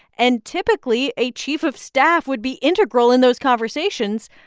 and typically, a chief of staff would be integral in those conversations.